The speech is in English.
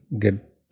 get